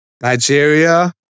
Nigeria